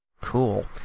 Cool